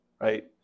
right